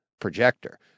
projector